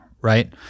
right